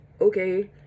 Okay